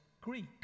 Greek